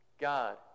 God